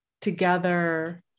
together